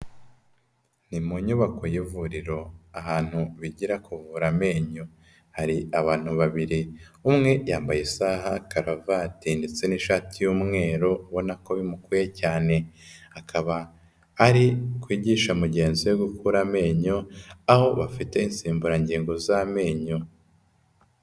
Ni mu nyubako y'ivuriro ahantu bigira kuvura amenyo, hari abantu babiri, umwe yambaye isaha, karavati ndetse n'ishati y'umweru ubona ko bimukwiye cyane, akaba ari kwigisha mugenzi we gukura amenyo, aho bafite insimburangingo z'amenyo.